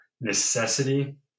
Necessity